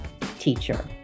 teacher